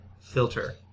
filter